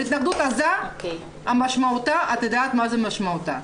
והתנגדות עזה, את יודעת מה משמעותה.